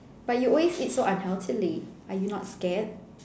but you always eat so unhealthily are you not scared